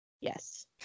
Yes